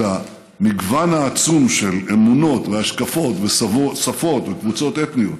המגוון העצום של אמונות והשקפות ושפות וקבוצות אתניות,